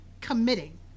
committing